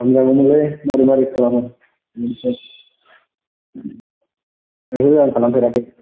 खालामजागौमोनलै मारै मारै खालामो ओहो आं खालामफेराखै